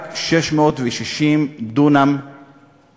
רק 660 דונם זה